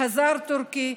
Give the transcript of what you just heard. הזאר תורכי,